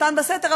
מתן בסתר,